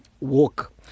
walk